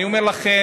אני אומר לכם,